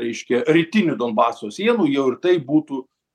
reiškia rytinių donbaso sienų jau ir tai būtų